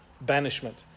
banishment